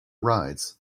rides